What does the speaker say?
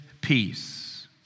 peace